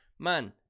Man